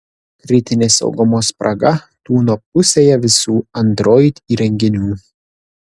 kritinė saugumo spraga tūno pusėje visų android įrenginių